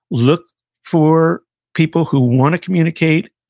look for people who want to communicate,